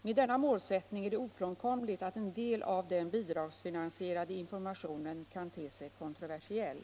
Med denna målsättning är det ofrånkomligt att en del av den bidragsfinansierade informationen kan te sig kontroversiell.